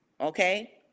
Okay